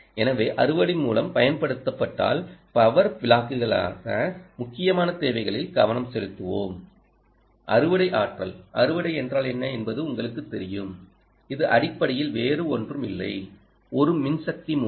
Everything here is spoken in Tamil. எனவே அறுவடை மூலம் பயன்படுத்தப்பட்டால் பவர் பிளாக்குக்கான முக்கியமான தேவைகளில் கவனம் செலுத்துவோம் அறுவடை ஆற்றல் அறுவடை என்றால் என்ன என்பது உங்களுக்குத் தெரியும் இது அடிப்படையில் வேறு ஒன்றுமில்லை ஒரு மின்சக்தி மூலம்